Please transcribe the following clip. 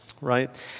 right